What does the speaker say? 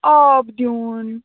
آب دِیٛن